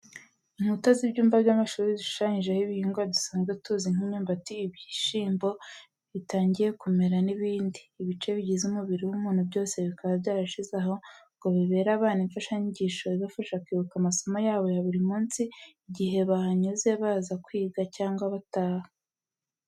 Inkuta z'ibyumba by'amashuri zishushanyijeho ibihingwa dusanzwe tuzi nk'imyumbati, ibishyimbo bitangiye kumera n'ibindi. Ibice bigize umubiri w'umuntu byose bikaba byarashyizwe aha ngo bibere abana imfashanyigisho ibafasha kwibuka amasomo yabo ya buri munsi igihe bahanyuze baza kwiga cyangwa bataha.